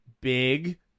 big